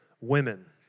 women